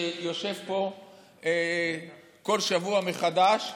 שיושב פה כל שבוע מחדש,